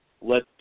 let